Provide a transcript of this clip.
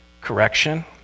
correction